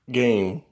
game